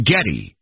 Getty